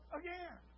again